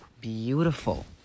beautiful